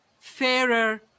fairer